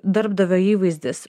darbdavio įvaizdis